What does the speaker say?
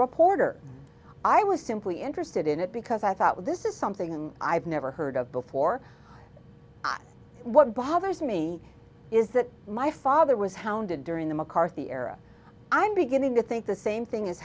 reporter i was simply interested in it because i thought well this is something i've never heard of before i what bothers me is that my father was hounded during the mccarthy era i'm beginning to think the same thing is